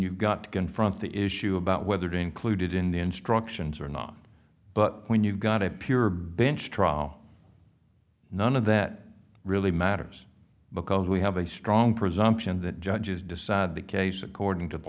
you've got to confront the issue about whether to include it in the instructions or not but when you've got a pure bench trial none of that really matters because we have a strong presumption that judges decide the case according t